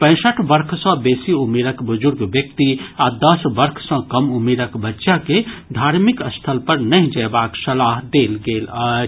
पैंसठ वर्ष सॅ बेसी उमिरक बुजुर्ग व्यक्ति आ दस वर्ष सॅ कम उमिरक बच्चा के धार्मिक स्थल पर नहि जयबाक सलाह देल गेल अछि